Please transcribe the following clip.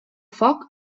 foc